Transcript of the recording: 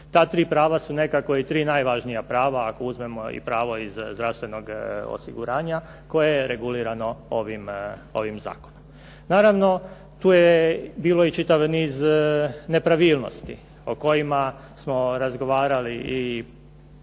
Ta tri prava su nekako i tri najvažnija prava ako uzmemo i pravo iz zdravstvenog osiguranja koje je regulirano ovim zakonom. Naravno, tu je bio i čitav niz nepravilnosti o kojima smo razgovarali i pod